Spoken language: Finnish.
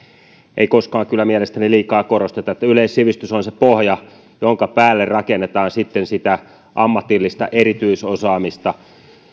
koskaan kyllä mielestäni liikaa korosteta yleissivistys on se pohja jonka päälle rakennetaan sitten sitä ammatillista erityisosaamista